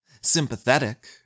sympathetic